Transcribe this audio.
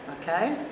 Okay